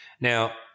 Now